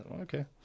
okay